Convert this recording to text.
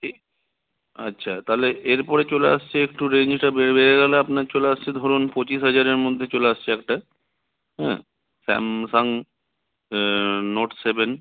কি আচ্ছা তাহলে এরপরে চলে আসছে একটু রেঞ্জটা বেড়ে গেলো আপনার চলে আসছে ধরুন পঁচিশ হাজারের মধ্যে চলে আসছে একটা হ্যাঁ স্যামসাং নোট সেভেন